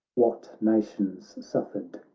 what nations suffered,